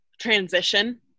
transition